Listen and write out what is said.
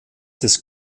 des